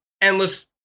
endless